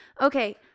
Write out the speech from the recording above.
Okay